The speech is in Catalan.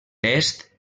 est